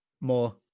More